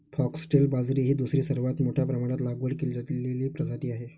foxtail बाजरी ही दुसरी सर्वात मोठ्या प्रमाणात लागवड केलेली प्रजाती आहे